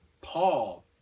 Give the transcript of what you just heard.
Paul